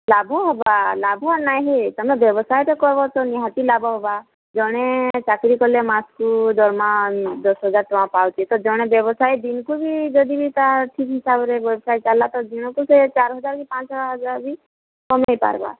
ଲାଭ ହବା ଲାଭ ନାହି ତମେ ବ୍ୟବସାୟ ତ କରବ ତ ନିହାତି ଲାଭ ହବା ଜଣେ ଚାକିରୀ କରିଲେ ମାସକୁ ଦରମା ଦଶ ହଜାର ଟଙ୍କା ପାଉଛି ତ ଜଣେ ବ୍ୟବସାୟ ଦିନକୁ ବି ଯଦି ତା ଠିକ୍ ହିସାବରେ ବ୍ୟବସାୟ ଚାଲିଲା ଦିନ କୁ ସେ ଚାର ହଜାର କି ପାଞ୍ଚ ହଜାର ବି କମାଇ ପାରବା